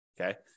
Okay